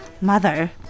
Mother